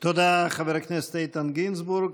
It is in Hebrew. תודה, חבר הכנסת איתן גינזבורג.